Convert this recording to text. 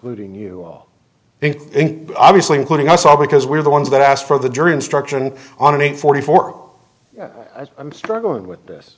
including you all think obviously including us all because we're the ones that asked for the jury instruction on an eight forty four i'm struggling with this